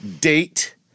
date